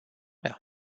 mea